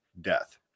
death